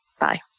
Bye